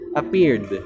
appeared